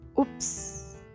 oops